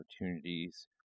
opportunities